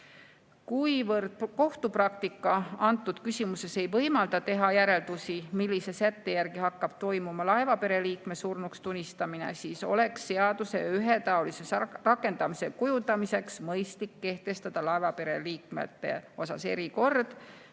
Kuivõrd kohtupraktika antud küsimuses ei võimalda teha järeldusi, millise sätte järgi hakkab toimuma laevapere liikme surnuks tunnistamine, siis oleks seaduse ühetaolise rakendamise kujundamiseks mõistlik kehtestada laevapere liikmete osas erikord,